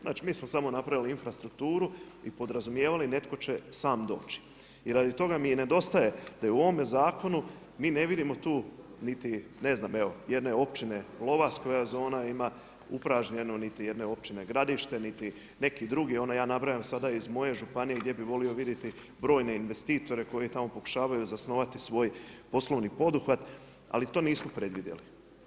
Znači mi smo samo napravili infrastrukturu i podrazumijevali netko će sam doći i radi toga mi i nedostaje da i u ovom zakonu mi ne vidimo tu niti, ne znam evo jedne općine Lovas koja zonu ima upražnjenu, niti jedne općine Gradište niti neki drugi, ja nabrajam sada iz moje županije gdje bi volio vidjeti brojne investitore koji tamo pokušavaju zasnovati svoj poslovni poduhvat ali to nismo predvidjeli.